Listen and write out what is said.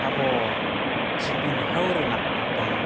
ᱟᱵᱚ ᱪᱤᱱᱦᱟᱹᱣ ᱨᱮᱱᱟᱜ ᱢᱤᱫᱴᱟᱝ